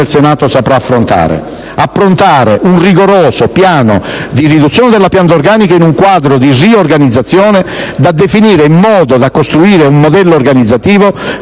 del Senato saprà affrontare: approntare un rigoroso piano di riduzione della pianta organica in un quadro di riorganizzazione da definire in modo da costruire un modello organizzativo